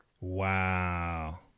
Wow